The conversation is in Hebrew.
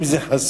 אם זה חסוי,